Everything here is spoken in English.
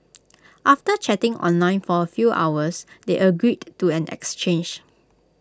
after chatting online for A few hours they agreed to an exchange